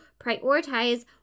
prioritize